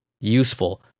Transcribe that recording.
useful